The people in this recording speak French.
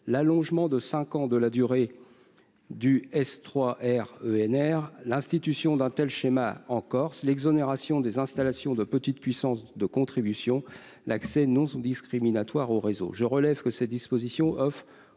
l'allongement de cinq ans de la durée du S3REnR, l'institution d'un tel schéma en Corse, l'exonération des installations de petite puissance de contribution et l'accès non discriminatoire aux réseaux. Je relève que ces dispositions offrent